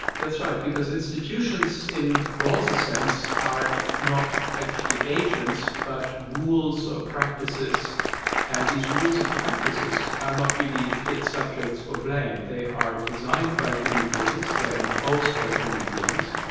that's right, because institutions in rawls's sense are not actually agents, but rules or practices and these rules and practices are not really fit subjects for blame. they are designed by human beings, they are imposed by human beings,